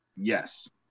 Yes